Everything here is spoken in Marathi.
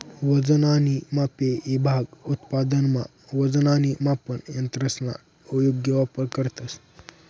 वजन आणि मापे ईभाग उत्पादनमा वजन आणि मापन यंत्रसना योग्य वापर करतंस